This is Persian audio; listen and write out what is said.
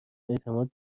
اعتماد